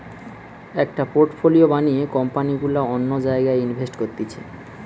একটা পোর্টফোলিও বানিয়ে কোম্পানি গুলা অন্য জায়গায় ইনভেস্ট করতিছে